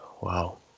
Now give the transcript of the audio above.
wow